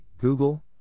Google